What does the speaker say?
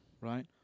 right